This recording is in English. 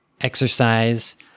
exercise